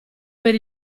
per